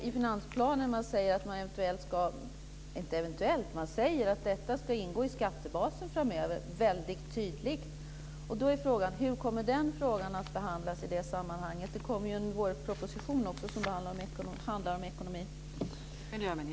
I finansplanen säger man mycket tydligt att detta ska ingå i skattebasen framöver. Hur kommer den frågan att behandlas i det sammanhanget? Det kommer ju en vårproposition också, som handlar om ekonomi.